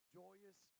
joyous